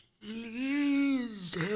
Please